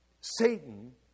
Satan